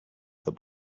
the